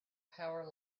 power